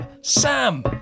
Sam